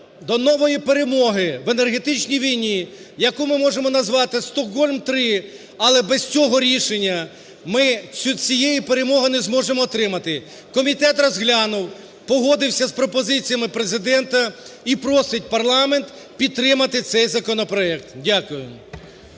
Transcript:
до нової перемоги в енергетичній війні, яку ми можемо назвати "Стокгольм-3", але без цього рішення ми цієї перемоги не зможемо отримати. Комітет розглянув, погодився з пропозиціями Президента і просить парламент підтримати цей законопроект. Дякую.